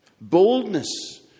Boldness